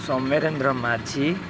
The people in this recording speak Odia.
ସମରେନ୍ଦ୍ର ମାଝୀ